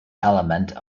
element